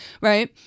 Right